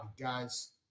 guys